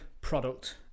product